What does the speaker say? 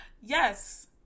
yes